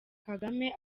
kagame